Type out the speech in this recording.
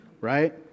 right